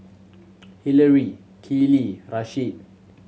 Hillary Keeley Rasheed